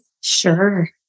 Sure